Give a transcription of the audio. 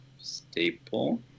staple